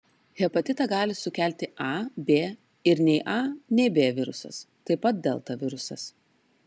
hepatitą gali sukelti a b ir nei a nei b virusas taip pat delta virusas